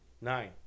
nine